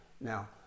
Now